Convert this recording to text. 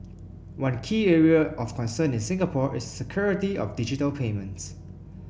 one key area of concern in Singapore is security of digital payments